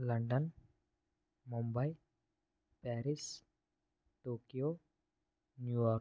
London Mumbai Paris Tokyo New York